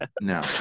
No